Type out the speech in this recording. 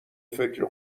فکر